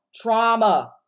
Trauma